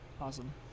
Awesome